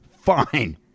Fine